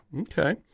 Okay